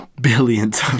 billions